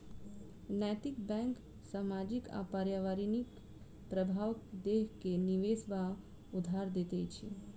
नैतिक बैंक सामाजिक आ पर्यावरणिक प्रभाव देख के निवेश वा उधार दैत अछि